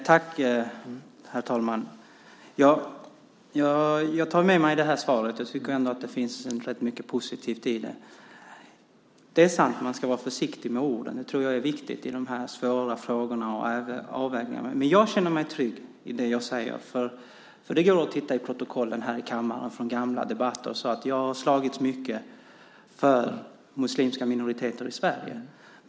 Herr talman! Jag tar med mig det här svaret. Jag tycker att det finns rätt mycket positivt i det. Det är sant att man ska vara försiktig med orden. Det tror jag är viktigt i de här svåra frågorna och avvägningarna. Men jag känner mig trygg i det jag säger. Det går att se i protokollen från gamla debatter att jag har slagits mycket för muslimska minoriteter i Sverige.